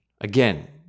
Again